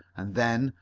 and then,